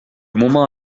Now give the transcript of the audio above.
moment